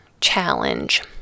challenge